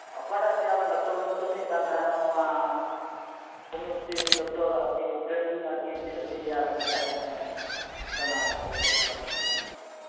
ᱚᱠᱟᱴᱟᱜ ᱛᱮ ᱟᱵᱮᱱ ᱰᱟᱠᱛᱚᱨ ᱵᱮᱱ ᱠᱟᱹᱢᱤᱭᱮᱫ ᱠᱟᱱ ᱛᱟᱦᱮᱱᱟ ᱱᱚᱣᱟ ᱦᱩᱢᱤᱭᱚᱯᱟᱛᱤ ᱰᱟᱠᱛᱚᱨ ᱟᱨᱠᱤ ᱴᱨᱮᱱᱤᱝ ᱟᱨ ᱠᱤ ᱛᱤᱱᱟᱹᱜ ᱫᱤᱱ ᱨᱮᱭᱟᱜ ᱚᱨᱠᱤ ᱛᱟᱦᱮᱸᱠᱟᱱᱟ ᱥᱮ ᱪᱮᱫ ᱞᱮᱠᱟ ᱟᱨᱠᱤ ᱱᱚᱣᱟ ᱜᱮ